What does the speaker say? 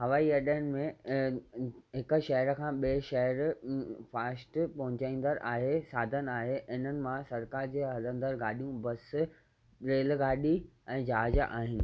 हवाईअॾनि में हिकु शहर खां ॿिए शहर फास्ट पोचाईंदड़ आहे साधन आहे इन्हनि मां सरकार जे हलंदड़ गाॾियूं बस रेलगाॾी ऐं जहाज आहिनि